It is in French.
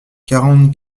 quarante